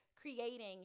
creating